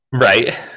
right